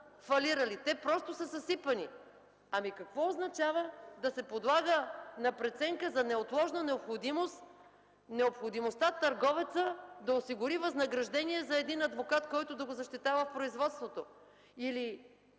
фалирали, те са съсипани. Какво означава да се подлага на преценка за неотложна необходимост търговецът да осигури възнаграждение за един адвокат, който да го защитава в производството, или